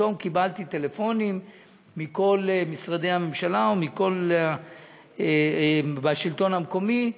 פתאום קיבלתי טלפונים מכל משרדי הממשלה ומהשלטון המקומי,